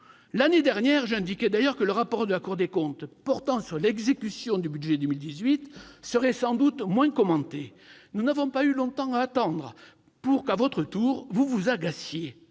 L'année dernière, j'indiquais que le rapport de la Cour des comptes portant sur l'exécution du budget pour 2018 serait sans doute moins commenté. Nous n'avons pas eu longtemps à attendre pour que, à votre tour, vous vous agaciez.